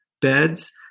beds